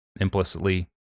implicitly